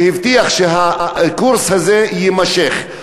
שהבטיח שהקורס הזה יימשך.